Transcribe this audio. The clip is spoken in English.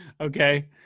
Okay